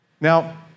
Now